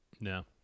No